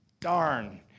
Darn